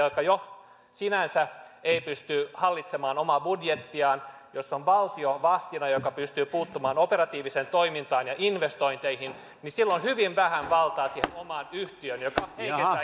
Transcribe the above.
joka jo sinänsä ei pysty hallitsemaan omaa budjettiaan jossa on valtio vahtina joka pystyy puuttumaan operatiiviseen toimintaan ja investointeihin on hyvin vähän valtaa siihen omaan yhtiöön mikä jaaha